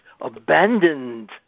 abandoned